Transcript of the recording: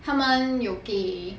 他们有给